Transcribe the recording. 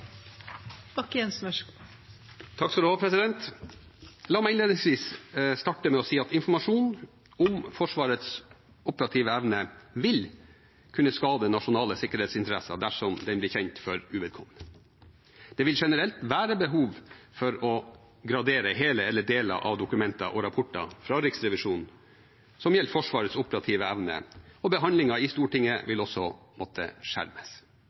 La meg innledningsvis starte med å si at informasjon om Forsvarets operative evne vil kunne skade nasjonale sikkerhetsinteresser dersom den blir kjent for uvedkommende. Det vil generelt være behov for å gradere hele eller deler av dokumenter og rapporter fra Riksrevisjonen som gjelder Forsvarets operative evne, og behandlingen i Stortinget vil også måtte skjermes.